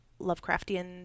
Lovecraftian